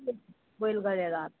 boil गरेर